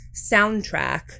soundtrack